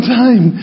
time